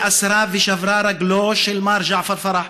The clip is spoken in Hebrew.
ואסרה ושברה אץ רגלו של מר ג'עפר פרח,